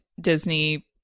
Disney